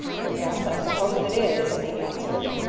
yes, i suppose it is, he answered.